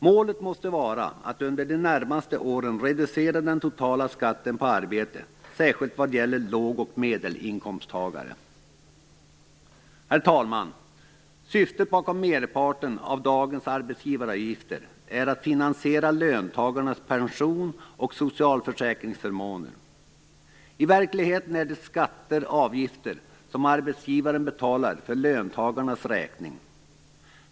Målet måste vara att under de närmaste åren reducera den totala skatten på arbete särskilt vad gäller låg och medelinkomsttagare. Herr talman! Syftet bakom merparten av dagens arbetsgivaravgifter är att finansiera löntagarnas pensioner och socialförsäkringsförmåner. I verkligheten är det skatter och avgifter som arbetsgivaren betalar för löntagarnas räkning.